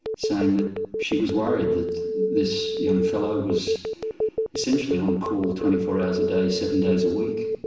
saying that she was worried that this young fellow was essentially on call twenty four hours a day, seven days a week.